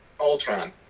Ultron